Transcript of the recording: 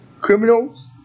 criminals